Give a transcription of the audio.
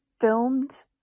filmed